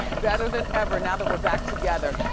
better than ever, now that we're back together.